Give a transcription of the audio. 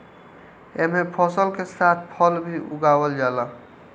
एमे फसल के साथ फल भी उगावल जाला